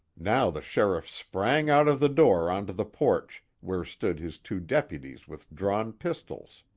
now the sheriff sprang out of the door onto the porch, where stood his two deputies with drawn pistols.